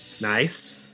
Nice